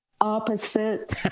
opposite